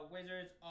Wizards